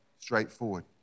straightforward